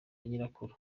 nyirakuru